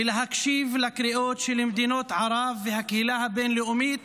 להקשיב לקריאות של מדינות ערב והקהילה הבין-לאומית